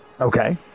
Okay